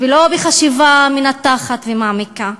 ולא בחשיבה מנתחת ומעמיקה.